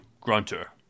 Grunter